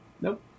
Nope